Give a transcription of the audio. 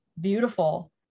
beautiful